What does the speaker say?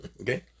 okay